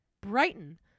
Brighton